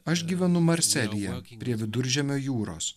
aš gyvenu marselyje prie viduržemio jūros